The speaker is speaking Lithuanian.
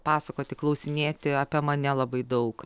pasakoti klausinėti apie mane labai daug